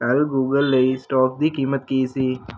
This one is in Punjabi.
ਕੱਲ੍ਹ ਗੂਗਲ ਲਈ ਸਟਾਕ ਦੀ ਕੀਮਤ ਕੀ ਸੀ